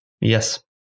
Yes